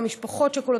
גם עם משפחות שכולות,